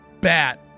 bat